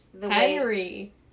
Henry